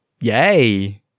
Yay